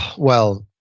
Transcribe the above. well,